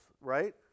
right